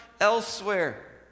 elsewhere